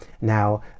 Now